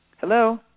Hello